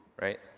right